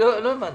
לא הבנתי.